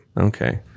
Okay